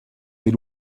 des